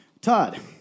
Todd